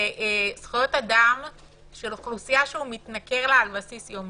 לזכויות אדם של אוכלוסייה שהוא מתנכל לה על בסיס יומי.